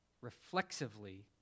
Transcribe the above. reflexively